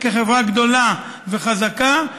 כחברה גדולה וחזקה,